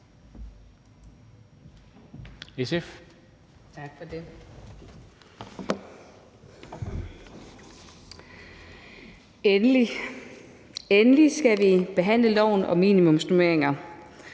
Endelig skal vi behandle loven om minimumsnormeringer,